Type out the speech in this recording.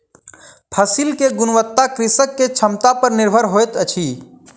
फसिल के गुणवत्ता कृषक के क्षमता पर निर्भर होइत अछि